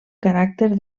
caràcter